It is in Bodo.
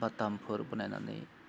बा दामफोर बनायनानै